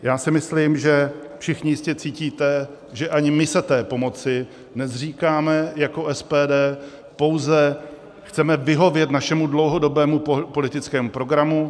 Já si myslím, že všichni jistě cítíte, že ani my se té pomoci nezříkáme jako SPD, pouze chceme vyhovět našemu dlouhodobému politickému programu.